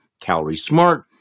calorie-smart